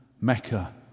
Mecca